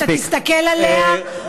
ואתה תסתכל עליה,